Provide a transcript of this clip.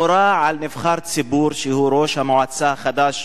נורה נבחר ציבור שהוא ראש המועצה החדש